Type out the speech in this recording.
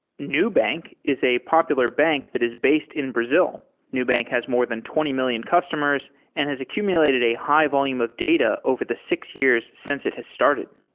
nubank is a popular bank that is based in brazil. nubank has more than twenty million customers and has accumulated a high-volume of data over the six years since it has started.